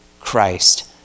Christ